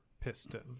piston